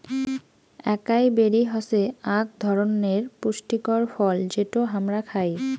একাই বেরি হসে আক ধরণনের পুষ্টিকর ফল যেটো হামরা খাই